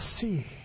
see